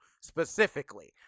specifically